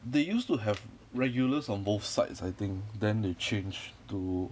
they used to have regulars on both sides I think then they changed to